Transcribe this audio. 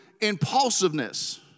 impulsiveness